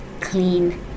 clean